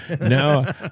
No